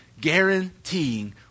guaranteeing